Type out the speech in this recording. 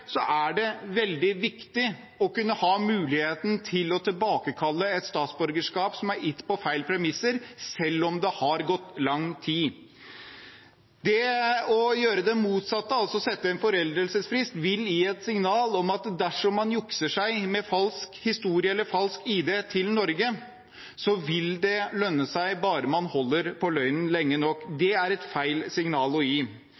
å tilbakekalle et statsborgerskap som er gitt på feil premisser, selv om det har gått lang tid. Det å gjøre det motsatte, altså sette en foreldelsesfrist, vil gi et signal om at dersom man jukser seg inn med falsk historie eller falsk ID til Norge, vil det lønne seg bare man holder på løgnen lenge nok. Det er et feil signal å gi.